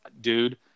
dude